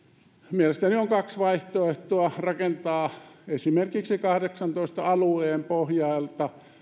mielestäni on kaksi vaihtoehtoa voidaan rakentaa esimerkiksi kahdeksaantoista alueen pohjalta